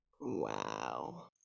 Wow